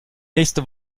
nächste